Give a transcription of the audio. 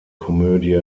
komödie